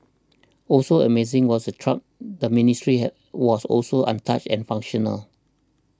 also amazing was the truck the Ministry had was also untouched and functional